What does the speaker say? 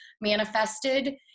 manifested